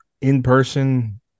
in-person